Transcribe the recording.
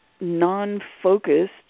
non-focused